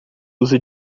uso